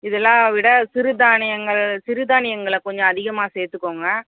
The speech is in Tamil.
இதெல்லாம் விட சிறு தானியங்கள் சிறு தானியங்களை கொஞ்சம் அதிகமாக சேர்த்துக்கோங்க